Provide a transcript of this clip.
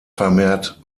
vermehrt